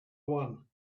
one